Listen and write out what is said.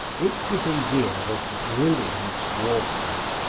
it was a year of brilliant water